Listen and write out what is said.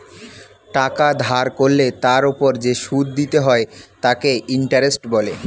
টাকা ধার করলে তার ওপর যে সুদ দিতে হয় তাকে ইন্টারেস্ট বলে